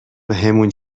بهمون